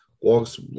Walks